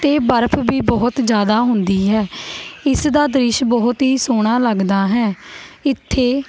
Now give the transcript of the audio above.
ਅਤੇ ਬਰਫ਼ ਵੀ ਬਹੁਤ ਜ਼ਿਆਦਾ ਹੁੰਦੀ ਹੈ ਇਸ ਦਾ ਦ੍ਰਿਸ਼ ਬਹੁਤ ਹੀ ਸੋਹਣਾ ਲੱਗਦਾ ਹੈ ਇੱਥੇ